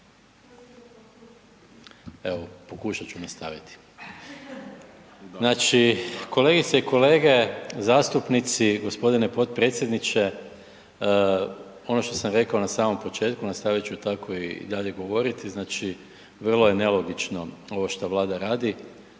Evo, pokušat ću nastaviti. Znači, kolegice i kolege zastupnici, gospodine potpredsjedniče ono što sam rekao na samom početku nastavit ću tako i dalje govoriti. Znači, vrlo je nelogično ovo što Vlada radi,